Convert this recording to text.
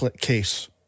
case